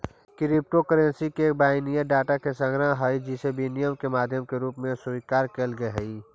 crypto currency एक binary data के संग्रह हइ जेसे विनिमय के माध्यम के रूप में स्वीकारल गेले हइ